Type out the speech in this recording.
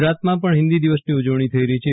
ગુજરાતમાં પણ હિન્દી દિવસની ઉજવણી થઈ રહી છે